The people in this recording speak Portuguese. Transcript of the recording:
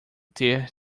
ter